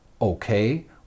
Okay